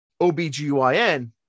OBGYN